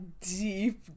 deep